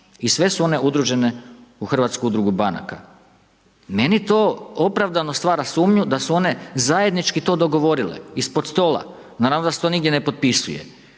I sve su one udružene u HUB. Meni to opravdano stvara sumnju da su one zajednički to dogovorile ispod stola, naravno da se to nigdje ne potpisuje.